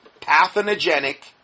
pathogenic